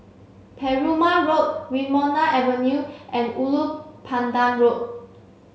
Perumal Road Wilmonar Avenue and Ulu Pandan Road